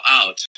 out